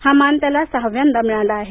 हा मान त्याला सहाव्यांदा मिळाला आहे